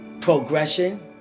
progression